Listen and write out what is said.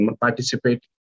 participate